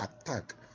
attack